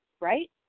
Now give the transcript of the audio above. right